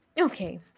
Okay